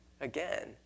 again